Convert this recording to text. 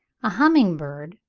a humming-bird,